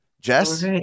Jess